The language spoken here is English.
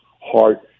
heart